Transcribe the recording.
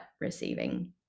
receiving